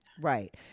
Right